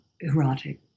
erotic